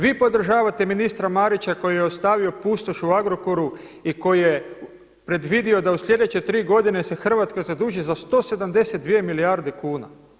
Vi podržavate ministra Marića koji je ostavio pustoš u Agrokoru i koji je predvidio da u sljedeće tri godine se Hrvatska zaduži za 172 milijarde kuna.